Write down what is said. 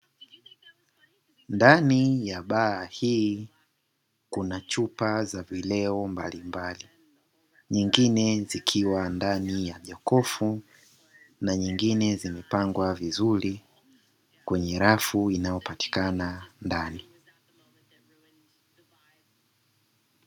Ndani ya baa hii kuna chupa za vileo mbalimbali, nyingine zikiwa ndani ya jokofu na nyingine zimepangwa vizuri kwenye rafu inayopatikana ndani.